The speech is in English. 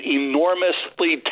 enormously